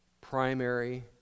primary